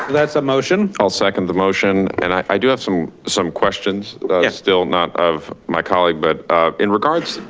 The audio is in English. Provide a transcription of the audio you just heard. that's a motion. i'll second the motion. and i do have some some questions still, not of my colleague but in regards,